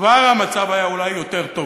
כבר המצב היה אולי יותר טוב.